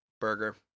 Burger